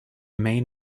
main